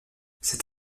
cet